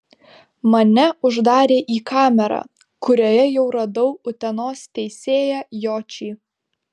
mane uždarė į kamerą kurioje jau radau utenos teisėją jočį